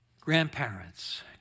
grandparents